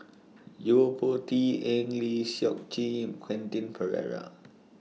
Yo Po Tee Eng Lee Seok Chee and Quentin Pereira